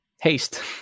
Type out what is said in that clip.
Haste